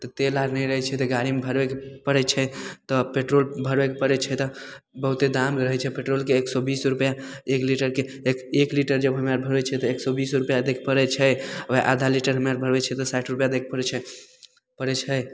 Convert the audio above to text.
तऽ तेल आर नहि रहै छै तऽ गाड़ीमे भरबैके पड़ैत छै तऽ पेट्रोल भरबैके पड़ैत छै तऽ बहुत्ते दाम रहै छै पेट्रोलके एक सए बीस रुपआ एक लीटरके एक लीटर जब हमे आर भरबै छियै तऽ एक सए बीस रुपआ दैके पड़ैत छै ओहए आधा लीटरमे भरबैत छियै तऽ साठि रुपआ देबेके पड़ैत छै पड़ैत छै